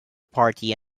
party